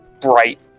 bright